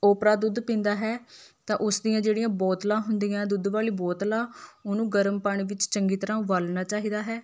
ਓਪਰਾ ਦੁੱਧ ਪੀਂਦਾ ਹੈ ਤਾਂ ਉਸ ਦੀਆਂ ਜਿਹੜੀਆਂ ਬੋਤਲਾਂ ਹੁੰਦੀਆਂ ਦੁੱਧ ਵਾਲੀ ਬੋਤਲਾਂ ਉਹਨੂੰ ਗਰਮ ਪਾਣੀ ਵਿੱਚ ਚੰਗੀ ਤਰ੍ਹਾਂ ਉਬਾਲਣਾ ਚਾਹੀਦਾ ਹੈ